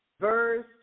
verse